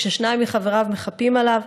כששניים מחבריו מחפים עליו.